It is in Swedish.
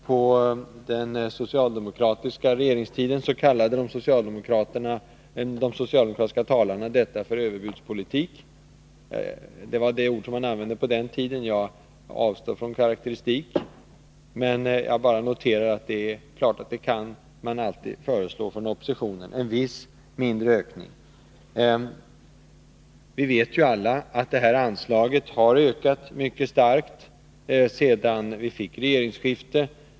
På den socialdemokratiska regeringstiden kallade de socialdemokratiska talarna detta för överbudspolitik. Jag avstår från karakteristik och noterar bara att oppositionen alltid kan föreslå en viss mindre ökning. Vi vet alla att det här anslaget har ökat mycket starkt sedan regeringsskiftet 1976.